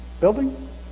building